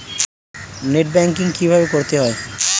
Net banking কীভাবে করতে হয়?